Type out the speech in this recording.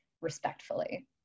respectfully